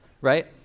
right